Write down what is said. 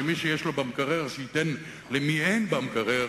או שמי שיש לו במקרר ייתן למי שאין לו במקרר,